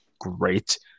great